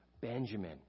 Benjamin